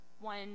One